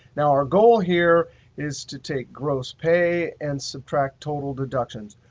now our goal here is to take gross pay and subtract total deductions.